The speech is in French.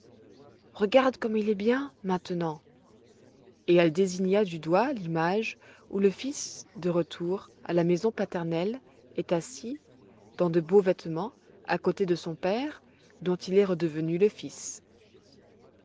regarde comme il est bien maintenant et elle désigna du doigt l'image où le fils de retour à la maison paternelle est assis dans de beaux vêtements à côté de son père dont il est redevenu le fils